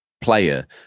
player